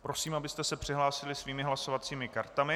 Prosím, abyste se přihlásili svými hlasovacími kartami.